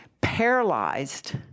paralyzed